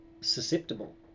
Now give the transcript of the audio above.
susceptible